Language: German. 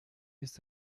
ist